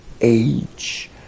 age